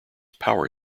power